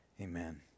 Amen